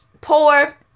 poor